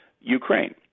Ukraine